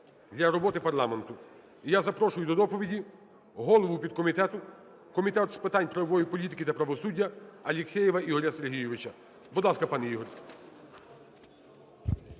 для роботи парламенту. І я запрошую до доповіді голову підкомітету Комітету з питань правової політики та правосуддя Алексєєва Ігоря Сергійовича. Будь ласка, пане Ігор.